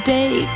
day